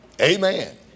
Amen